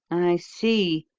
i see!